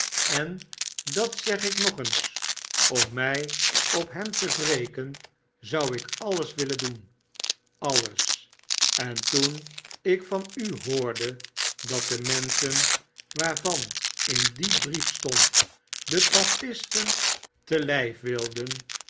sen dat zeg ik nog eens om mij op hem te wreken zou ik alles willen doen alles en toen ik van u hoorde dat de menschen waarvan in dien brief stond de papisten te lijf wilden